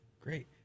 Great